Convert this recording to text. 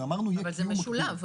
אבל אמרנו שזה משולב.